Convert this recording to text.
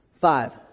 Five